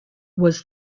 was